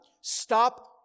stop